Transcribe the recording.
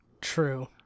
True